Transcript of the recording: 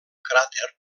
cràter